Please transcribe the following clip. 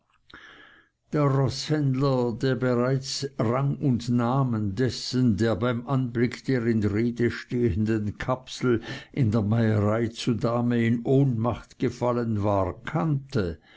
der roßhändler der bereits rang und namen dessen der beim anblick der in rede stehenden kapsel in der meierei zu dahme in ohnmacht gefallen war kannte